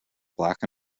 black